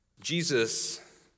Jesus